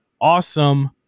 awesome